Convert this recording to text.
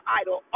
idol